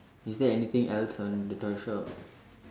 is there anything else on the toy shop